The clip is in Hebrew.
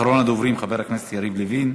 אחרון הדוברים, חבר הכנסת יריב לוין.